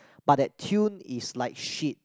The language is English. but that tune is like shit